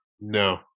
No